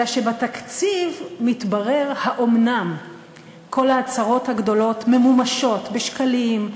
אלא שבתקציב מתברר אם כל ההצהרות הגדולות ממומשות בשקלים,